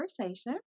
conversation